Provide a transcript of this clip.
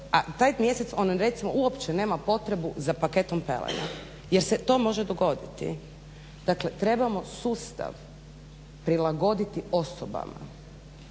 a taj mjesec ona uopće nema potrebu za paketom pelena jel se to može dogoditi. Dakle trebamo sustav prilagoditi osobama.